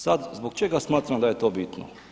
Sad zbog čega smatram da je to bitno?